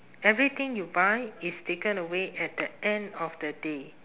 everything you buy is taken away at the end of the day